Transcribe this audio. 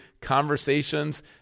conversations